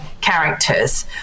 characters